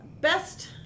best